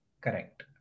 Correct